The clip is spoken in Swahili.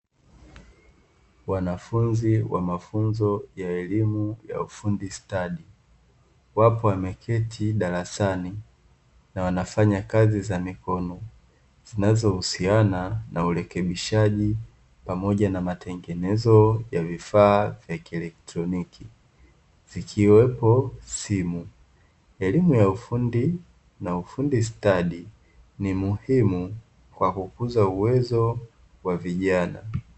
Wanafunzi wa mafunzo ya elimu ya ufundi stadi wapo wameketi darasani